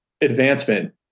advancement